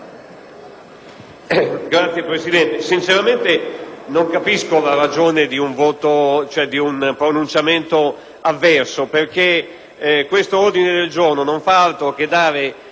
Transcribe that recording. Signora Presidente, sinceramente non capisco la ragione di un pronunciamento avverso. Questo ordine del giorno non fa altro che dare